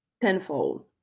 tenfold